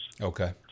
Okay